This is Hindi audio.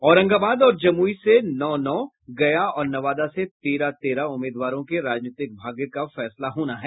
औरंगाबाद और जमुई से नौ नौ गया और नवादा से तेरह तेरह उम्मीदवारों के राजनीतिक भाग्य का फैसला होना है